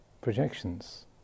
projections